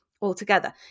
altogether